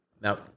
now